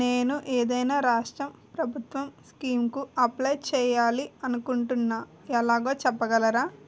నేను ఏదైనా రాష్ట్రం ప్రభుత్వం స్కీం కు అప్లై చేయాలి అనుకుంటున్నా ఎలాగో చెప్పగలరా?